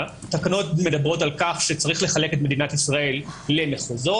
התקנות מדברות על כך שצריך לחלק למדינת ישראל למחוזות,